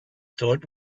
thought